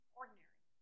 ordinary